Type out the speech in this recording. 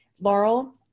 Laurel